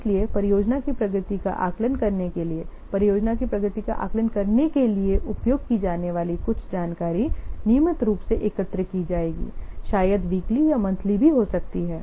इसलिए परियोजना की प्रगति का आकलन करने के लिए परियोजना की प्रगति का आकलन करने के लिए उपयोग की जाने वाली कुछ जानकारी नियमित रूप से एकत्र की जाएगी शायद वीकली या मंथली भी हो सकती है